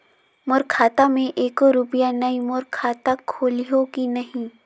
मोर खाता मे एको रुपिया नइ, मोर खाता खोलिहो की नहीं?